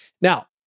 Now